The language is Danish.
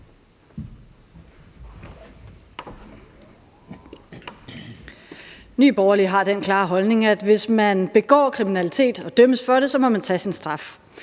Nye Borgerlige har den klare holdning, at hvis man begår kriminalitet og dømmes for det, må man tage sin straf.